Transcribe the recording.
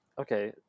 okay